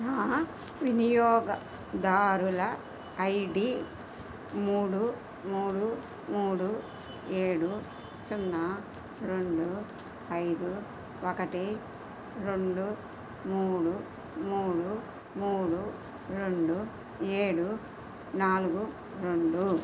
నా వినియోగదారుల ఐడి మూడు మూడు మూడు ఏడు సున్నా రెండు ఐదు ఒకటి రెండు మూడు మూడు మూడు రెండు ఏడు నాలుగు రెండు